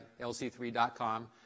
lc3.com